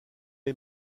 est